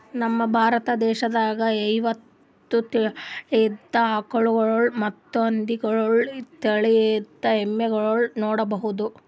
ನಮ್ ಭಾರತ ದೇಶದಾಗ್ ಐವತ್ತ್ ತಳಿದ್ ಆಕಳ್ಗೊಳ್ ಮತ್ತ್ ಹದಿನೋಳ್ ತಳಿದ್ ಎಮ್ಮಿಗೊಳ್ ನೋಡಬಹುದ್